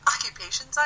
occupations